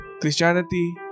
Christianity